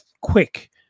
quick